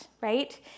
right